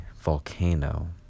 volcano